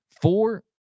four